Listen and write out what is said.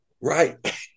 Right